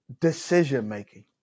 decision-making